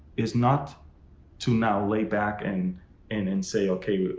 is not to now lay back and and and say okay, but